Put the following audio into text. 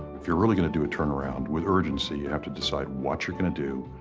if you're really going to do a turnaround, with urgency you have to decide what you're going to do,